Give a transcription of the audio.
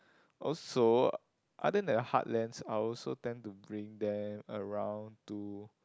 also other than Heartlands I also tend to bring them around to